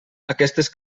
aquestes